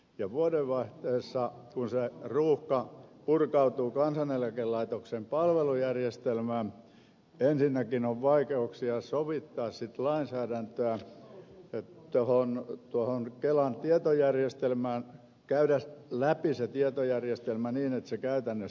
ja vuodenvaihteessa kun se ruuhka purkautuu kansaneläkelaitoksen palvelujärjestelmään niin ensinnäkin on vaikeuksia sovittaa sitä lainsäädäntöä tuohon kelan tietojärjestelmään käydä läpi se tietojärjestelmä niin että se käytännössä toimii